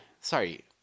sorry